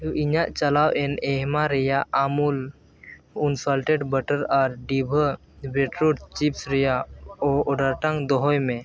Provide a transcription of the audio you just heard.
ᱤᱧᱟᱹᱜ ᱪᱟᱞᱟᱜ ᱮᱱ ᱮᱢᱦᱟ ᱨᱮᱭᱟᱜ ᱟᱹᱢᱩᱞ ᱩᱱᱥᱚᱞᱴᱮᱴᱰ ᱵᱟᱴᱟᱨ ᱟᱨ ᱰᱤᱵᱟᱹ ᱵᱮᱴᱨᱚᱴ ᱪᱤᱯᱥ ᱨᱮᱭᱟᱜ ᱚᱰᱟᱨᱴᱟᱝ ᱫᱚᱦᱚᱭ ᱢᱮ